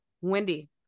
Wendy